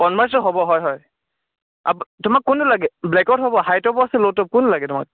কনভাৰ্চো হ'ব হয় হয় আপ্ তোমাক কোনটো লাগে ব্লেকত হ'ব হাইটৰ পৰা আছে ল'টো আছে কোনটো লাগে তোমাক